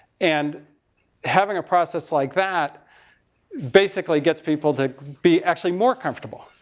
and having a process like that basically gets people to be actually more comfortable.